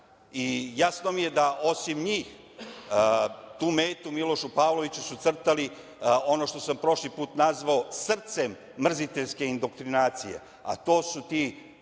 i jasno mi je da osim njih tu metu Milošu Pavloviću su crtali, ono što sam prošli put nazvao srcem mrziteljske indoktrinacije, a to su ti